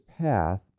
path